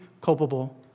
culpable